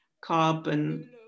carbon